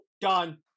done